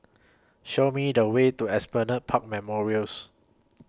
Show Me The Way to Esplanade Park Memorials